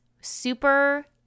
super